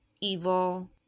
evil